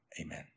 Amen